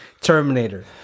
Terminator